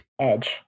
Edge